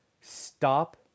stop